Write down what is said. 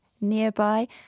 nearby